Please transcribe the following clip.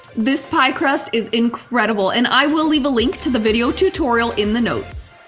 this pie crust is incredible and i will leave a link to the video tutorial in the notes.